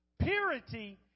Purity